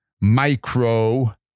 micro